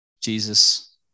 jesus